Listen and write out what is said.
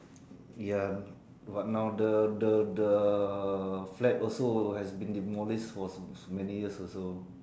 ya but now the the the flat also has been demolished for so many years also